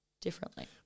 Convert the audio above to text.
differently